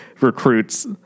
recruits